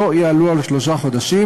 שלא יעלו על שלושה חודשים,